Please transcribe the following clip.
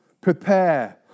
Prepare